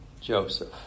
Joseph